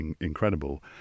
incredible